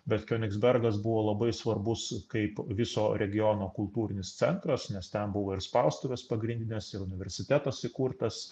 bet kionigsbergas buvo labai svarbus kaip viso regiono kultūrinis centras nes ten buvo ir spaustuvės pagrindinės ir universitetas įkurtas